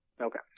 Okay